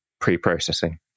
pre-processing